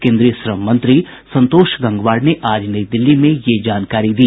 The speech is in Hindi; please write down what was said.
केन्द्रीय श्रम मंत्री संतोष गंगवार ने आज नई दिल्ली में यह जानकारी दी